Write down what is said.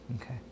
Okay